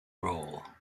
role